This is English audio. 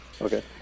Okay